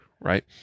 right